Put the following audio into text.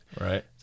Right